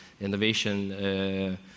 innovation